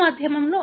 E